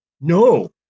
No